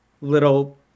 little